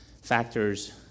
factors